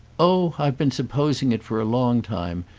oh i've been supposing it for a long time,